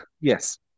Yes